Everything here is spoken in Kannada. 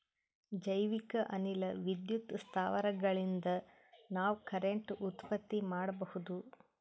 ಜೈವಿಕ್ ಅನಿಲ ವಿದ್ಯುತ್ ಸ್ಥಾವರಗಳಿನ್ದ ನಾವ್ ಕರೆಂಟ್ ಉತ್ಪತ್ತಿ ಮಾಡಬಹುದ್